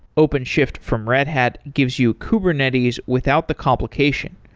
openshift from red hat gives you kubernetes without the complication.